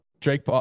Drake